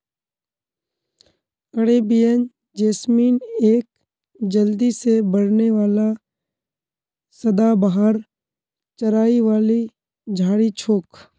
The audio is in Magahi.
अरेबियन जैस्मीन एक जल्दी से बढ़ने वाला सदाबहार चढ़ाई वाली झाड़ी छोक